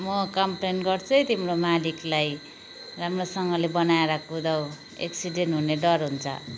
म कम्प्लेन गर्छु है तिम्रो मालिकलाई राम्रोसँगले बनाएर कुदाऊ एक्सिडेन्ट हुने डर हुन्छ